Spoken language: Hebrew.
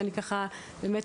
באמת,